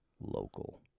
local